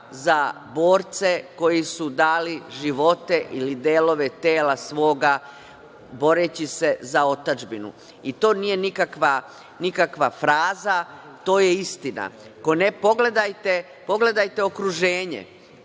za borce koji su dali živote ili delove tela svog, boreći se za otadžbinu. To nije nikakva fraza, to je istina. Ako ne, pogledajte okruženje,